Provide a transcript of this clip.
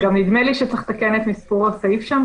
--- גם נדמה לי שצריך לתקן את מספור הסעיף שם,